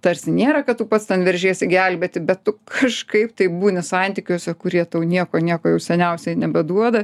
tarsi nėra kad tu pats ten veržiesi gelbėti bet tu kažkaip tai būni santykiuose kurie tau nieko nieko jau seniausiai nebeduoda